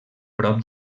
prop